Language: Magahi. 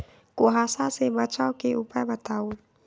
कुहासा से बचाव के उपाय बताऊ?